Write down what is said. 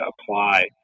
apply